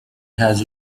has